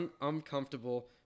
uncomfortable